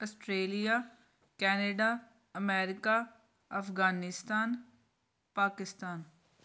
Australia Canada America Afghanistan Pakistan